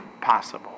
possible